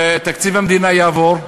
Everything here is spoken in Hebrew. תקציב המדינה יעבור,